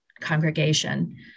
congregation